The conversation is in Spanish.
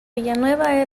villanueva